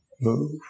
move